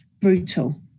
brutal